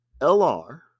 LR